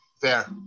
Fair